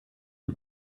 hit